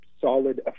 Solid